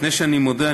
לפני שאני מודה,